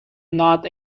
not